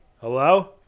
Hello